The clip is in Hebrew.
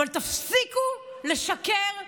אבל תפסיקו לשקר לעולם.